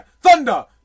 Thunder